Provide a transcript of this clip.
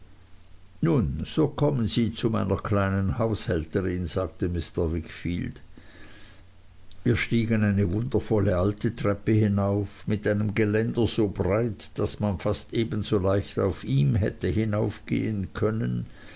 nun so kommen sie zu meiner kleinen haushälterin sagte mr wickfield wir stiegen eine wundervolle alte treppe hinauf mit einem geländer so breit daß man fast ebenso leicht auf ihm hätte hinaufgehen können